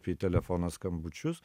į telefono skambučius